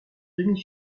demi